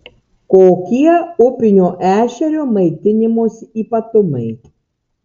kokie upinio ešerio maitinimosi ypatumai